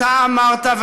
אתה אמרת: